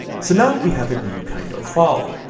so now we have a new kind of file,